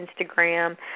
Instagram